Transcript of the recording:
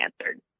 answered